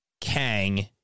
Kang